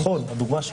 נכון?